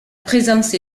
présence